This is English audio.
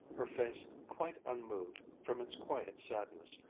her face quite unmoved from its quiet sadness.